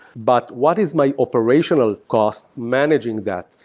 but what is my operational cost managing that?